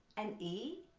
and e,